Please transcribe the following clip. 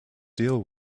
deal